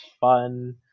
fun